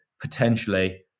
potentially